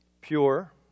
Pure